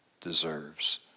deserves